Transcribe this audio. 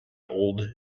old